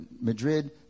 Madrid